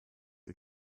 ihr